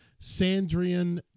Sandrian